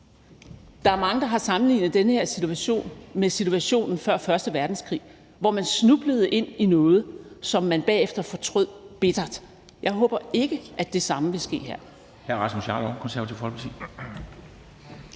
Der er mange, der har sammenlignet den her situation med situationen før første verdenskrig, hvor man snublede ind i noget, som man bagefter fortrød bittert. Jeg håber ikke, at det samme vil ske her.